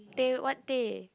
teh what teh